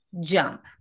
jump